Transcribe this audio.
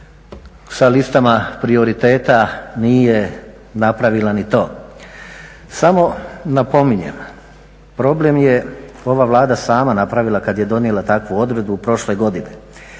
sa listama prioriteta nije napravila ni to. Samo napominjem problem je ova Vlada sama napravila kad je donijela takvu odredbu prošle godine.